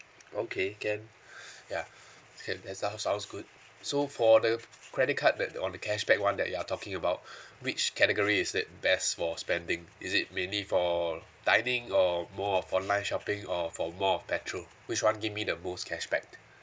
okay can ya can that sounds sounds good so for the credit card the the on the cashback one that you are talking about which category is it best for spending is it mainly for dining or more of online shopping or for more of petrol which one give me the most cashback